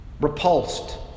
repulsed